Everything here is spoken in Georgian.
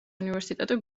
უნივერსიტეტი